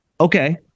Okay